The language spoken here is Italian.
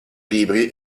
libri